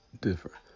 different